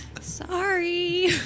Sorry